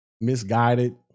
misguided